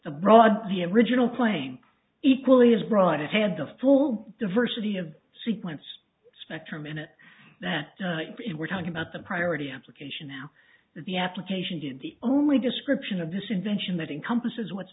abroad the original claim equally has brought it had the full diversity of sequence spectrum in it that we're talking about the priority application now that the application did the only description of this invention that encompasses what's